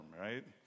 right